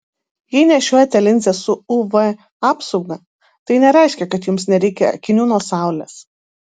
jei nešiojate linzes su uv apsauga tai nereiškia kad jums nereikia akinių nuo saulės